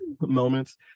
moments